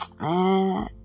man